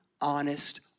honest